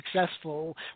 successful